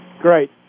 Great